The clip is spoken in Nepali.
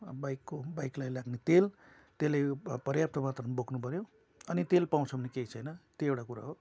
अब बाइकको बाइकलाई लाग्ने तेल तेल पर्याप्त मात्रामा बोक्नु पऱ्यो अनि तेल पाउँछ भने केही छैन त्यो एउटा कुरा हो